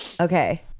Okay